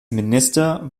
minister